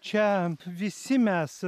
čia visi mes